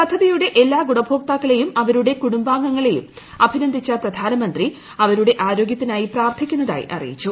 പദ്ധതിയുടെ എല്ലാ ഗുണഭോക്താക്കളെയും അവരുടെ കുടുംബങ്ങളേയും അഭിനന്ദിച്ച പ്രധാനമന്ത്രി അവരുടെ ആരോഗ്യത്തിനായി പ്രാർത്ഥിക്കുന്നതായി അറിയിച്ചു